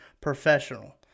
professional